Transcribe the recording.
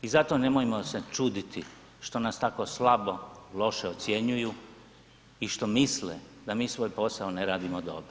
I zato nemojmo se čuditi što nas tako slabo, loše ocjenjuju i što misle da mi svoj posao ne radimo dobro.